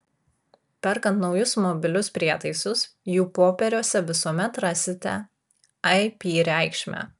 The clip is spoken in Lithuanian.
perkant naujus mobilius prietaisus jų popieriuose visuomet rasite ip reikšmę